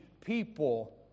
people